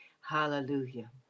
Hallelujah